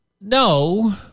no